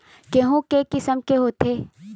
गेहूं के किसम के होथे?